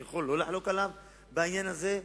אני יכול לא לחלוק עליו בעניין הזה,